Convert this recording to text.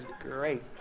great